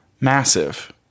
massive